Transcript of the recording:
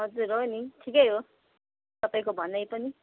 हजुर हो नि ठिकै हो तपाईँको भनाइ पनि